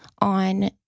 on